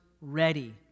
ready